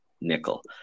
nickel